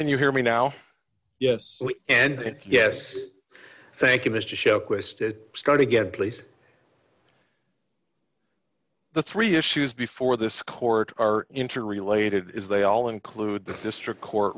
and you hear me now yes and yes thank you mr show quick start again please the three issues before this court are interrelated is they all include the district court